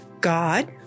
God